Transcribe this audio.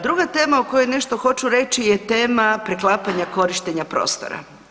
Druga tema o kojoj nešto hoću reći je tema preklapanja korištenja prostora.